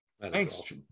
Thanks